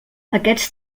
aquests